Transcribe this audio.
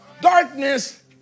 Darkness